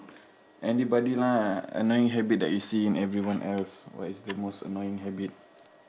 anybody lah annoying habit that you see in everyone else what is the most annoying habit